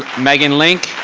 megan link.